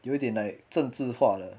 有一点 like 政治化的